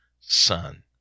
son